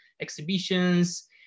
exhibitions